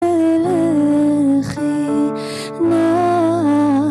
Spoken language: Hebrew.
ולכי נעה